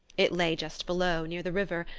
it lay just below, near the river,